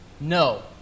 No